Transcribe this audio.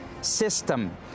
system